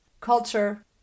culture